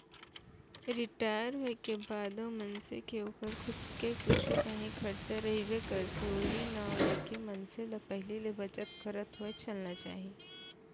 retire होए के बादो मनसे के ओकर खुद के कुछु कांही खरचा रहिबे करथे उहीं नांव लेके मनखे ल पहिली ले बचत करत होय चलना चाही